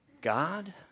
God